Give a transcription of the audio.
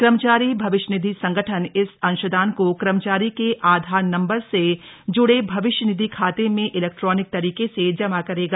कर्मचारी भविष्य निधि संगठन इस अंशदान को कर्मचारी के आधार नम्बर से जुडे भविष्य निधि खाते में इलेक्ट्राॅनिक तरीके से जमा करेगा